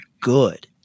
good